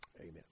amen